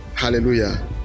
Hallelujah